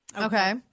Okay